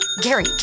Gary